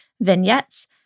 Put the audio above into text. vignettes